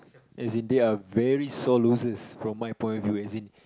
as in they are very sore losers from my point of view as in